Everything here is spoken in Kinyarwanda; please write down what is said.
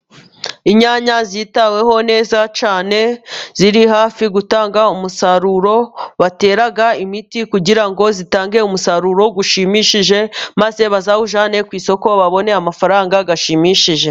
Inyanya zitaweho neza cyane ziri hafi gutanga umusaruro, batera imiti kugira ngo zitange umusaruro ushimishije, maze bazawujyane ku isoko babone amafaranga ashimishije.